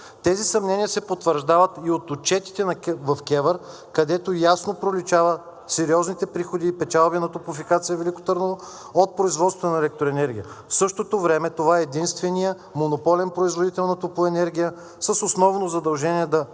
Тези съмнения се потвърждават и от отчетите в КЕВР, където ясно проличават сериозните приходи и печалби на „Топлофикация – Велико Търново“ от производство на електроенергия. В същото време това е единственият монополен производител на топлоенергия с основно задължение да